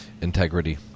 Integrity